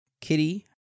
Kitty